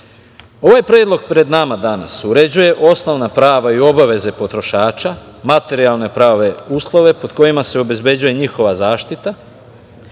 predlog pred nama danas uređuje osnovna prava i obaveze potrošača, materijalno-pravne uslove pod kojima se obezbeđuje njihova zaštita,